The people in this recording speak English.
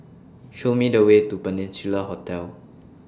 Show Me The Way to Peninsula Hotel